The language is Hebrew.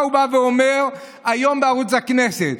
מה הוא בא ואומר היום בערוץ הכנסת?